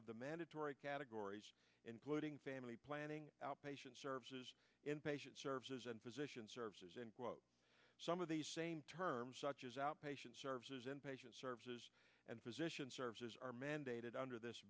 of the mandatory categories including family planning outpatient services inpatient services and physician services and some of these same terms such as outpatient services inpatient services and physician services are mandated under this